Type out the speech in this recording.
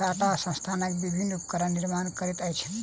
टाटा संस्थान विभिन्न उपकरणक निर्माण करैत अछि